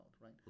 right